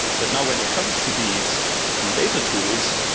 but now, when it comes to these new data tools,